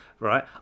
Right